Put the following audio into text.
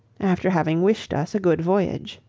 after having wished us a good voyage.